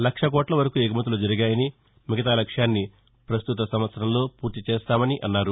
లక్ష కోట్ల వరకు ఎగుమతులు జరిగాయని మిగతా లక్ష్యాన్ని పస్తుత ఏడాదిలో పూర్తి చేస్తామన్నారు